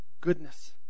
Goodness